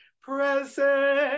present